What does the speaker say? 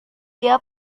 dia